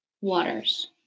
waters